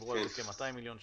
דיברו על כ-200 מיליון שקל.